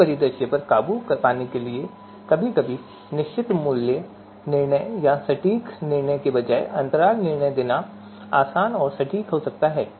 उस परिदृश्य पर काबू पाने के लिए कभी कभी सटीक निर्णय के बजाय अंतराल निर्णय देना आसान और सटीक हो सकता है